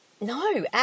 No